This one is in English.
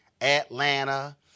Atlanta